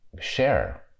share